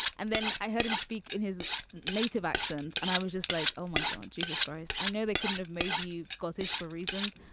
and then i heard him speak in his native accent. and i was just like, oh, my god. jesus christ. i know they couldn't have made you scottish for reasons,